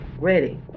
ready